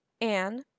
Anne